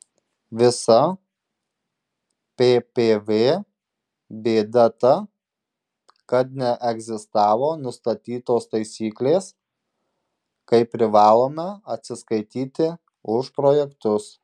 visa ppv bėda ta kad neegzistavo nustatytos taisyklės kaip privaloma atsiskaityti už projektus